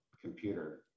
computer